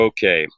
Okay